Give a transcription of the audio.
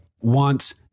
wants